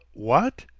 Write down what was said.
what?